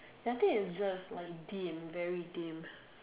I think is just like dim very dim